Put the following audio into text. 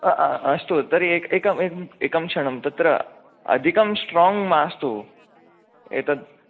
अस्तु तर्हि एक् एकं एकं क्षणं तत्र अधिकं स्ट्रोङ्ग् मास्तु एतद्